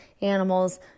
animals